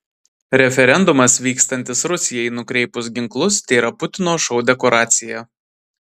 referendumas vykstantis rusijai nukreipus ginklus tėra putino šou dekoracija